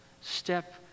step